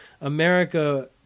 America